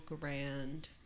grand